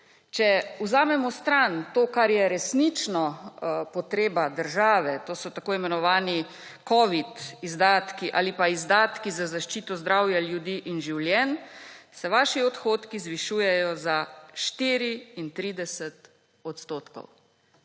Če vzamemo stran to, kar je resnično potreba države, to so tako imenovani covid izdatki ali pa izdatki za zaščito zdravja ljudi in življenj, se vaši odhodki zvišujejo za 34 odstotkov.